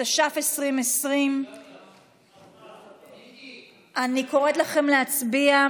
התש"ף 2020. אני קוראת לכם להצביע.